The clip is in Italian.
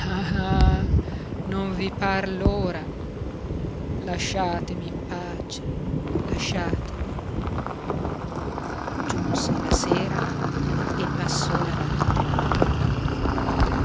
non vi par l'ora lasciatemi in pace lasciatemi giunse la sera e passò la notte a quel modo